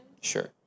Sure